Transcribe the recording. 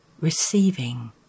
receiving